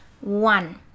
one